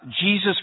Jesus